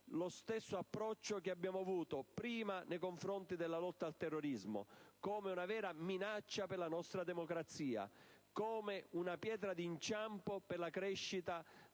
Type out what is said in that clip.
lo stesso approccio che abbiamo avuto prima nei confronti della lotta al terrorismo, (come una vera minaccia per la nostra democrazia, come una pietra d'inciampo per la crescita